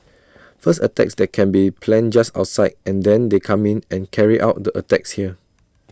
first attacks that can be planned just outside and then they come in and carry out the attacks here